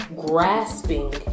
grasping